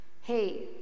Hey